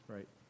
Right